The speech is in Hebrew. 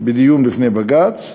בדיון בפני בג"ץ,